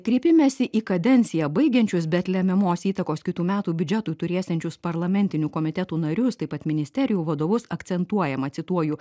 kreipimesi į kadenciją baigiančius bet lemiamos įtakos kitų metų biudžetui turėsiančius parlamentinių komitetų narius taip pat ministerijų vadovus akcentuojama cituoju